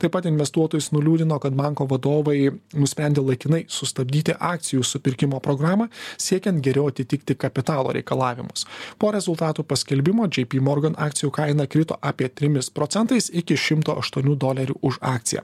taip pat investuotojus nuliūdino kad banko vadovai nusprendė laikinai sustabdyti akcijų supirkimo programą siekiant geriau atitikti kapitalo reikalavimus po rezultatų paskelbimo džei py morgan akcijų kaina krito apie trimis procentais iki šimto aštuonių dolerių už akciją